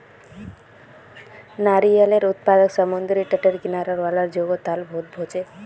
नारियालेर उत्पादन समुद्री तटेर किनारा वाला जोगो लात बहुत होचे